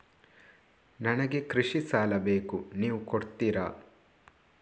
ನನಗೆ ಕೃಷಿ ಸಾಲ ಬೇಕು ನೀವು ಕೊಡ್ತೀರಾ?